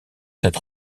cette